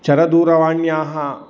चरदूरवाण्याः